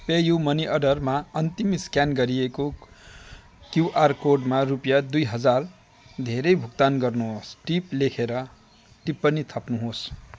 PayU money अर्डरमा अन्तिम scan गरिएको क्युआर कोडमा रुपियाँ दुई हजार धेरै भुक्तान गर्नुहोस् टिप लेखेर टिप्पणी थप्नुहोस्